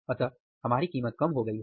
अतः हमारी कीमत कम हो गई है